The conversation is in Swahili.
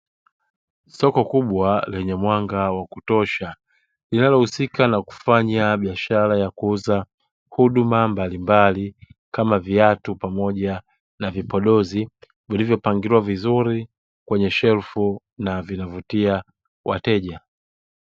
Soko kubwa lenye mwanga wa kutosha linalohusika na kufanya biashara ya kuuza huduma mbalimbali kama viatu pamoja na vipodozi, vilivyopangiliwa vizuri kwenye shelfu na vinavutia wateja.